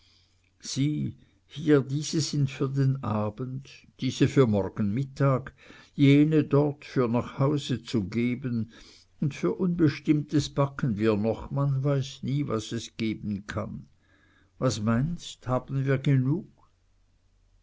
sieh hier diese sind für diesen abend diese für morgen mittag jene dort für nach hause zu geben und für unbestimmtes backen wir noch man weiß nie was es geben kann was meinst haben wir genug